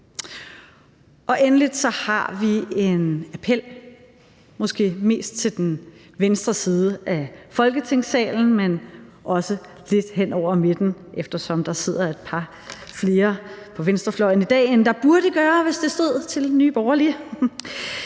endelig har vi en appel, måske mest til den venstre side af Folketingssalen, men også til dem, der sidder lidt hen over midten, eftersom der sidder et par flere på venstrefløjen i dag, end der burde gøre, hvis det stod til Nye Borgerlige: